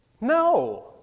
no